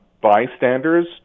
bystanders